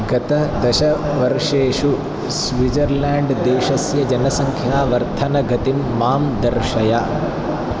गतदशवर्षेषु Switzerland देशस्य जनसङ्ख्यावर्धनगतिं मां दर्शय